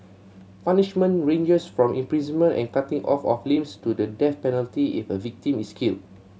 punishment ranges from imprisonment and cutting off of limbs to the death penalty if a victim is killed